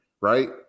Right